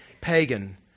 pagan